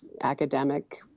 academic